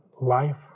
life